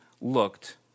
looked